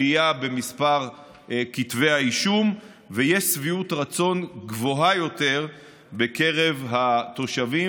עלייה במספר כתבי האישום ושביעות רצון גבוהה יותר בקרב התושבים,